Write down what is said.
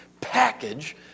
package